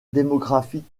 démographique